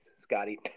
Scotty